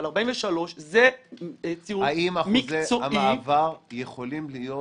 אבל 43 זה ציון מקצועי --- האם אחוזי המעבר יכולים להיות